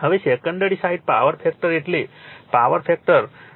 હવે secondary side power factor એટલે power factor 0